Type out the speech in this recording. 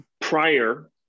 prior